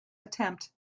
attempt